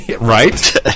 right